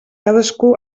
cadascú